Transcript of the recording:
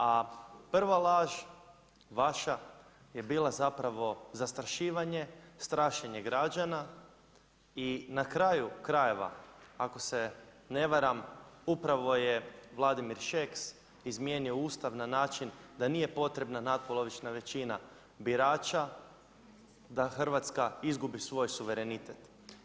A prva laž, vaša je bila zapravo zastrašivanje strašenje građana i na kraju krajeva, ako se ne varam, upravo je Vladimir Šeks izmijenio Ustav na način, da nije potreban natpolovična većina birača, da Hrvatska izgubi svoj suverenitet.